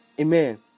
Amen